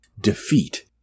defeat